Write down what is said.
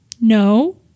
No